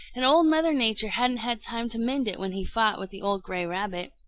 and old mother nature hadn't had time to mend it when he fought with the old gray rabbit.